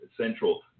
Central